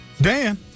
Dan